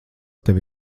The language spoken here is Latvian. tev